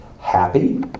happy